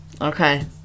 Okay